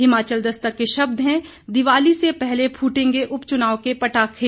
हिमाचल दस्तक के शब्द हैं दिवाली से पहले फूटेंगे उपचुनाव के पटाखे